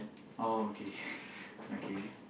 oh okay okay